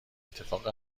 اتفاق